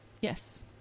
Yes